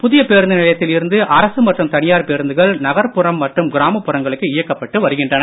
புதிய பேருந்து நிலையத்தில் இருந்து அரசு மற்றும் தனியார் பேருந்துகள் நகர்புறம் மற்றும் கிராமபுறங்களுக்கு இயக்கப்பட்டு வருகிறது